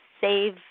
save